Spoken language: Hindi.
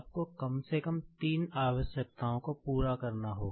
आपको कम से कम तीन आवश्यकताओं को पूरा करना होगा